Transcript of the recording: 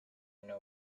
know